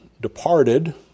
departed